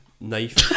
knife